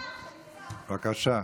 בבקשה.